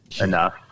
enough